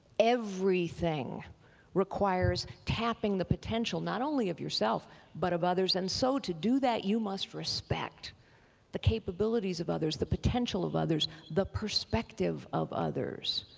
everything requires tapping the potential, not only of yourself but of others and so to do that you must respect the capabilities of others, the potential of others, the perspective of others.